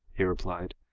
he replied,